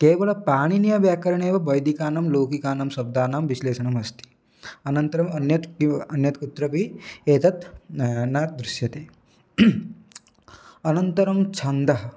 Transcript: केवलं पाणिनीयव्यकरणे एव दिकानां लोकिकानां सब्दनां बिस्लेसणम् अस्ति अनन्तरं अन्यत् किम अन्यत् कुत्रपि एतत् न न दृस्यते अनन्तरं छन्दः